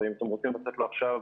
אם אתם רוצים לתת לו עכשיו